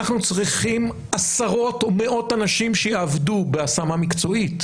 אנחנו צריכים עשרות או מאות אנשים שיעבדו בהשמה מקצועית,